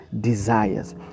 desires